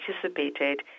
participated